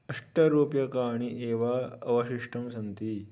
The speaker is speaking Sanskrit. अष्टरूप्यकाणि एव अवशिष्टं सन्ति